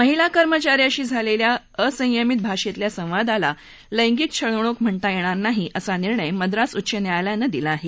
महिला कर्मचा यांशी झालेल्या असंयमित भाषेतल्या संवादाला लँगिक छळवणूक म्हणता येणार नाही असा निर्णय मद्रास उच्च न्यायालयानं दिला आहे